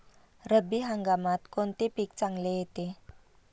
रब्बी हंगामात कोणते पीक चांगले येते?